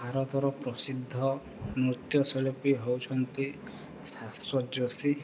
ଭାରତର ପ୍ରସିଦ୍ଧ ନୃତ୍ୟଶିଳ୍ପୀ ହଉଛନ୍ତି ଶାଶ୍ୱତତ ଯୋଶୀ